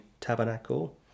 tabernacle